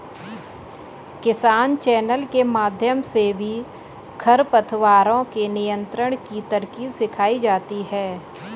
किसान चैनल के माध्यम से भी खरपतवारों के नियंत्रण की तरकीब सिखाई जाती है